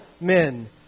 men